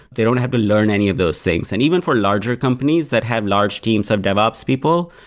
they don't have to learn any of those things and even for larger companies that have large teams of devops people,